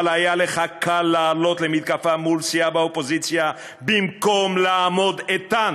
אבל היה לך קל לעלות למתקפה מול סיעה באופוזיציה במקום לעמוד איתן